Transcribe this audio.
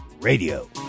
Radio